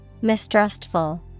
Mistrustful